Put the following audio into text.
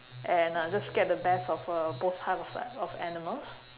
and uh just get the best of uh both halves ah of animals